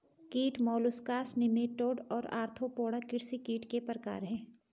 कीट molluscs nematode और arthropoda कृषि कीट के प्रकार हैं